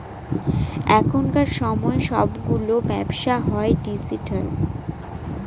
এখনকার সময় সবগুলো ব্যবসা হয় ডিজিটাল